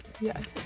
Yes